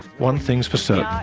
one thing's for so